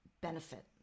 benefit